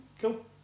Cool